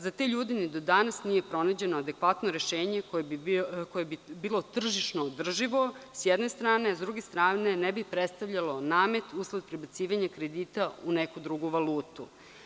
Za te ljude ni do danas nije pronađeno adekvatno rešenje koje bi bilo tržišno održivo, s jedne strane, a s druge strane ne bi predstavljalo namet usled prebacivanja kredita u neku drugu valutu.